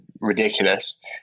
ridiculous